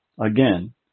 again